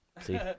See